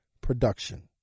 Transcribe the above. production